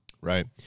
Right